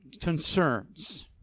concerns